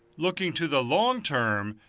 looking to the long term,